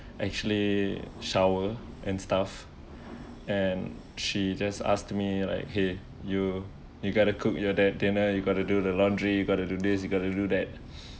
actually shower and stuff and she just asked me like !hey! you you gotta cook your date dinner you got to do the laundry you got to do this you got to do that